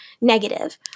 negative